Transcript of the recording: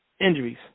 injuries